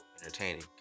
Entertaining